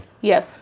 Yes